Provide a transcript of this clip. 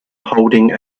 holding